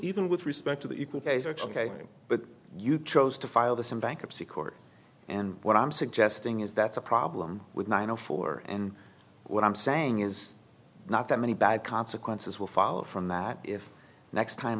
even with respect to the equal case are talking but you chose to file this in bankruptcy court and what i'm suggesting is that's a problem with nine zero four and what i'm saying is not that many bad consequences will follow from that if next time